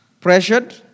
pressured